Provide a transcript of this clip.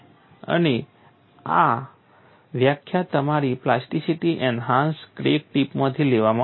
અને આ વ્યાખ્યા તમારી પ્લાસ્ટિસિટી એન્હાન્સ્ડ ક્રેક ટિપમાંથી લેવામાં આવી છે